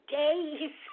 days